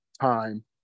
time